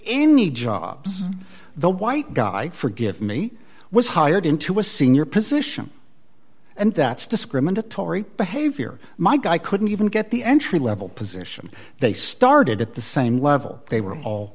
any jobs the white guy forgive me was hired into a senior position and that's discriminatory behavior my guy couldn't even get the entry level position they started at the same level they were